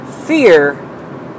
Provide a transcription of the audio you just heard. fear